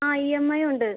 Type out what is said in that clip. ആ E M I ഉണ്ട്